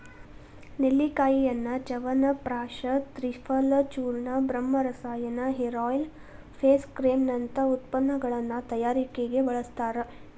ನೆಲ್ಲಿಕಾಯಿಯನ್ನ ಚ್ಯವನಪ್ರಾಶ ತ್ರಿಫಲಚೂರ್ಣ, ಬ್ರಹ್ಮರಸಾಯನ, hair oil, face cream ನಂತ ಉತ್ಪನ್ನಗಳ ತಯಾರಿಕೆಗೆ ಬಳಸ್ತಾರ